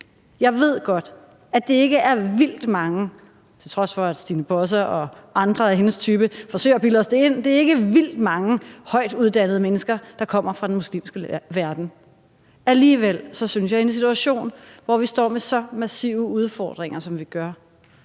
Jeg ved godt, at det ikke er vildt mange – til trods for at Stine Bosse og andre af hendes typer forsøger at bilde os det ind – højtuddannede mennesker, der kommer fra den muslimske verden, men alligevel synes jeg i en situation, hvor vi står med så massive udfordringer, som vi gør,